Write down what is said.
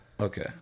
Okay